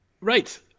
Right